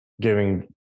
giving